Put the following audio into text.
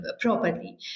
properly